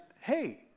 hey